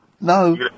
No